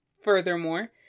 Furthermore